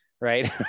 right